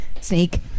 sneak